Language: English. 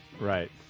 Right